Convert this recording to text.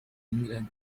england